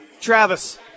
travis